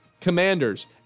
Commanders